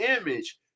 image